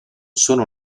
sono